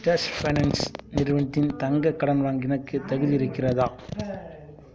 Bajaj finance நிறுவனத்தில் தங்கக் கடன் வாங்க எனக்குத் தகுதி இருக்கிறதா